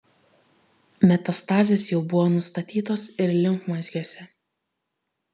metastazės jau buvo nustatytos ir limfmazgiuose